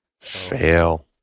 Fail